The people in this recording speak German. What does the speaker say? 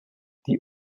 die